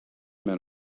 men